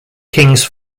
kings